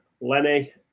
Lenny